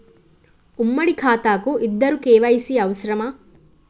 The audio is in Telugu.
ఉమ్మడి ఖాతా కు ఇద్దరు కే.వై.సీ అవసరమా?